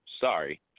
Sorry